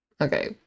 okay